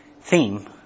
theme